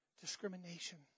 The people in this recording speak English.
discrimination